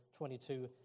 22